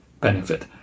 benefit